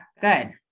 good